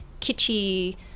kitschy